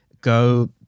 go